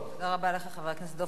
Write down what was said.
תודה רבה לך, חבר הכנסת דב חנין.